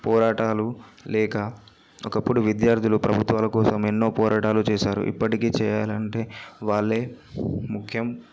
పోరాటాలు లేక ఒకప్పుడు విద్యార్థులు ప్రభుత్వాల కోసం ఎన్నో పోరాటాలు చేశారు ఇప్పటికీ చేయాలి అంటే వాళ్ళే ముఖ్యం